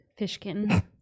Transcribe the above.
fishkin